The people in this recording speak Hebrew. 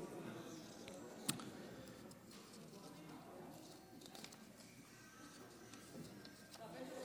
הבן שלו